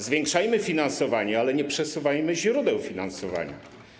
Zwiększajmy finansowanie, ale nie przesuwajmy źródeł finansowania.